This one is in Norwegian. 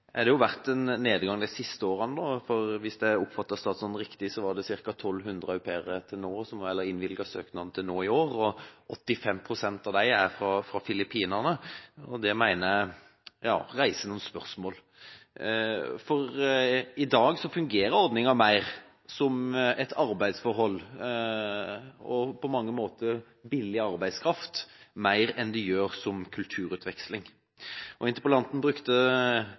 det vært en nedgang de siste årene. Hvis jeg oppfattet statsråden riktig, er det ca. 1 200 innvilgede søknader til nå i år, 85 pst. av dem er fra Filippinene, og det reiser noen spørsmål. I dag fungerer ordningen mer som et arbeidsforhold, og på mange måter billig arbeidskraft, enn den gjør som kulturutveksling. Interpellanten brukte